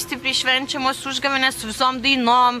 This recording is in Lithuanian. stipriai švenčiamos užgavėnės su visom dainom